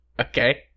Okay